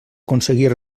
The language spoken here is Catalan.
aconseguir